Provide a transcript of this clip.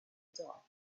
dark